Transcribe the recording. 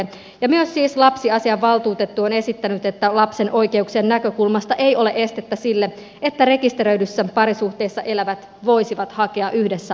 ja myös siis lapsiasiavaltuutettu on esittänyt että lapsen oikeuksien näkökulmasta ei ole estettä sille että rekisteröidyssä parisuhteessa elävät voisivat hakea yhdessä adoptiota